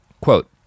quote